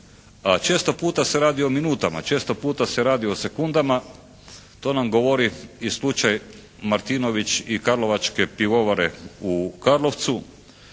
često puta se radi o minutama. Često puta se radi o sekundama. To nam govori i slučaj Martinović i Karlovačke pivovare u Karlovcu,